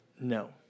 no